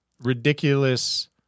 ridiculous